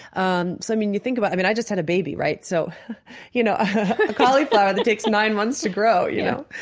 um so you think about i mean, i just had a baby, right? so you know, a cauliflower that takes nine months to grow, you know,